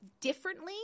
differently